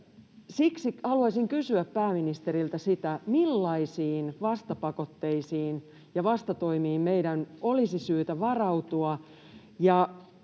Siksi haluaisin kysyä pääministeriltä: Millaisiin vastapakotteisiin ja vastatoimiin meidän olisi syytä varautua?